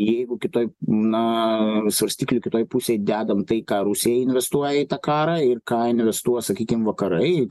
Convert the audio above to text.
jeigu kitoj na svarstyklių kitoj pusėj dedam tai ką rusija investuoja į tą karą ir ką investuos sakykim vakarai